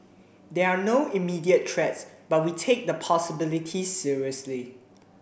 there are no immediate threats but we take the possibility seriously